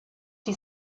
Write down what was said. die